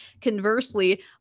Conversely